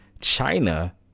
China